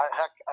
Heck